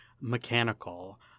mechanical